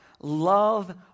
love